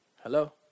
Hello